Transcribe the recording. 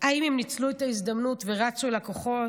האם הם ניצלו את ההזדמנות ורצו אל הכוחות?